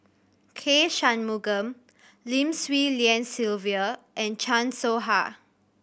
K Shanmugam Lim Swee Lian Sylvia and Chan Soh Ha